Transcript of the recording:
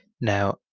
Now